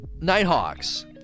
nighthawks